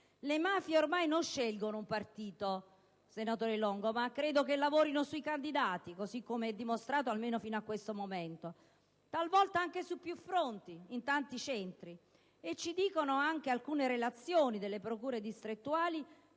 Le mafie ormai non scelgono un partito, senatore Longo, ma credo lavorino sui candidati - come è dimostrato almeno fino a questo momento -, talvolta anche su più fronti e in tanti centri, come ci dicono anche alcune relazioni delle procure distrettuali